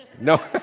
No